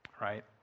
Right